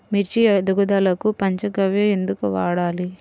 మిర్చి ఎదుగుదలకు పంచ గవ్య ఎందుకు వాడాలి?